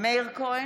מאיר כהן,